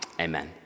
amen